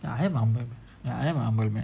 I am a humble man I am a humble man